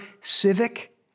civic